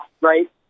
right